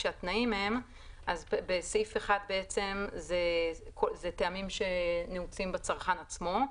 בסעיף 1 זה טעמים שנעוצים בצרכן עצמו,